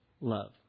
love